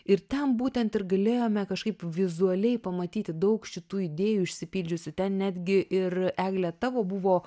ir ten būtent ir galėjome kažkaip vizualiai pamatyti daug šitų idėjų išsipildžiusių ten netgi ir egle tavo buvo